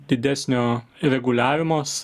didesnio reguliavimas